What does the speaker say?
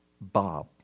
Bob